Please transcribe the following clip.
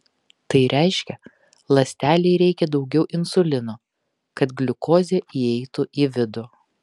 tai reiškia ląstelei reikia daugiau insulino kad gliukozė įeitų į vidų